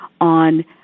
on